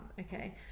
okay